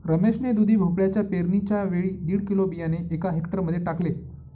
रमेश ने दुधी भोपळ्याच्या पेरणीच्या वेळी दीड किलो बियाणे एका हेक्टर मध्ये टाकले